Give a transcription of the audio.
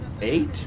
eight